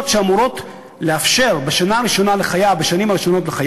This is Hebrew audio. שאמורות לאפשר בשנה הראשונה לחייו,